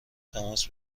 تماس